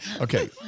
Okay